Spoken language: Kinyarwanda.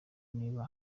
niba